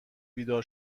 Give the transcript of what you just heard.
بیدار